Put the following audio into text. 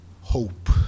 Hope